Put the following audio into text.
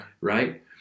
Right